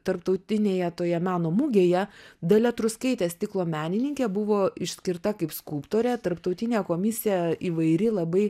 tarptautinėje toje meno mugėje dalia truskaitė stiklo menininkė buvo išskirta kaip skulptorė tarptautinė komisija įvairi labai